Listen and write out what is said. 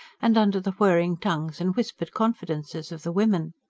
and under the whirring tongues and whispered confidences of the women.